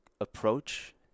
approach